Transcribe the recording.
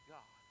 God